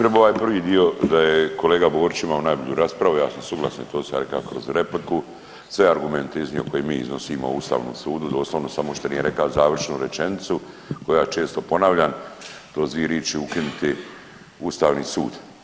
Najprije ovaj prvi dio da je kolega Borić imao najbolju raspravu, ja sam suglasan, to sam rekao kroz repliku, sve argumente iznio koje mi iznosimo Ustavnom sudu, doslovno, samo što nije rekao završnu rečenicu koja često ponavljan, kroz dvi riči ukinuti Ustavni sud.